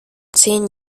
zehn